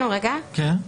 עמדת הלובי, בבקשה.